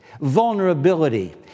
vulnerability